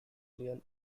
real